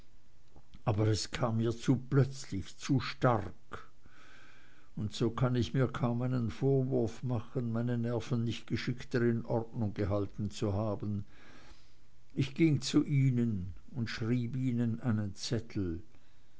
aber es kam mir zu plötzlich zu stark und so kann ich mir kaum einen vorwurf machen meine nerven nicht geschickter in ordnung gehalten zu haben ich ging zu ihnen und schrieb ihnen einen zettel